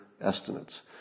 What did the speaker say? estimates